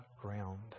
ground